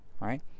right